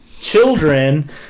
children